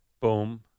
boom